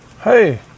Hey